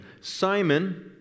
Simon